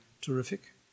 terrific